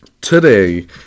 Today